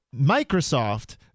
Microsoft